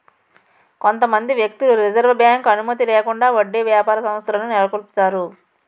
కొంతమంది వ్యక్తులు reserve bank అనుమతి లేకుండా వడ్డీ వ్యాపార సంస్థలను నెలకొల్పుతారు